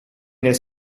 nel